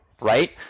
right